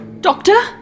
Doctor